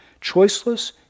choiceless